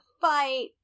fight